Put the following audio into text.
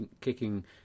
kicking